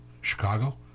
chicago